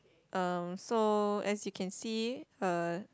um so as you can see uh